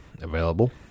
available